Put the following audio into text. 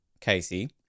Casey